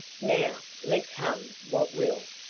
now let come what will,